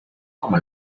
como